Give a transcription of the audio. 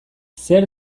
zer